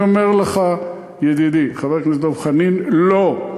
אני אומר לך, ידידי חבר הכנסת דב חנין: לא.